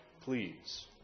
please